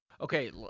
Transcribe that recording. Okay